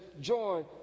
joy